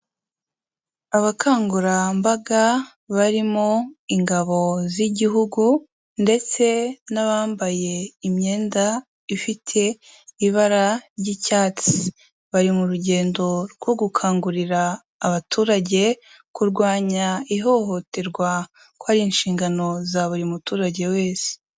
Abakangurambaga barimo ingabo z'igihugu ndetse n'abambaye imyenda ifite ibara ry'icyatsi. Bari mu rugendo rwo gukangurira abaturage kurwanya ihohoterwa ko ari inshingano za buri muturage wese.